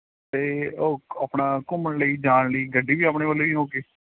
ਅਤੇ ਉਹ ਆਪਣਾ ਘੁੰਮਣ ਲਈ ਜਾਣ ਲਈ ਗੱਡੀ ਵੀ ਆਪਣੇ ਵੱਲੋਂ ਹੀ ਹੋਵੇਗੀ